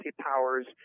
powers